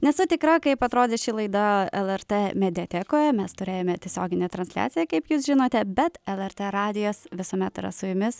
nesu tikra kaip atrodė ši laida lrt mediatekoje mes turėjome tiesioginę transliaciją kaip jūs žinote bet lrt radijas visuomet yra su jumis